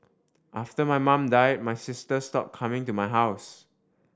after my mum died my sister stopped coming to my house